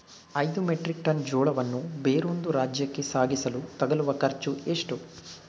ಐದು metric ton ಜೋಳವನ್ನು ಬೇರೊಂದು ರಾಜ್ಯಕ್ಕೆ ಸಾಗಿಸಲು ತಗಲುವ ಖರ್ಚು ಎಷ್ಟು?